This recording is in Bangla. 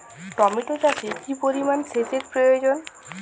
টমেটো চাষে কি পরিমান সেচের প্রয়োজন?